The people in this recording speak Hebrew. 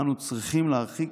אנו צריכים להרחיק